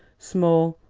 small,